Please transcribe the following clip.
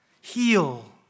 heal